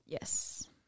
Yes